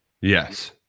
Yes